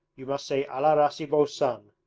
you must say allah rasi bo sun,